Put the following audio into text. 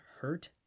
hurt